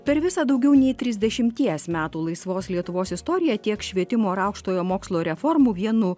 per visą daugiau nei trisdešimties metų laisvos lietuvos istoriją tiek švietimo ir aukštojo mokslo reformų vienu